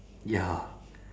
ya